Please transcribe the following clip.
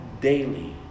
daily